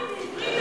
אדוני היושב-ראש,